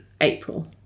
April